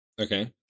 Okay